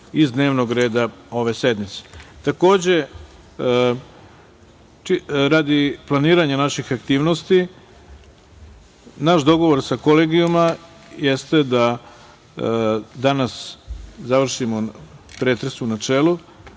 iz dnevnog reda ove sednice. Takođe, radi planiranja naših aktivnosti, naš dogovor sa Kolegijuma jeste da danas završimo pretres u načelu,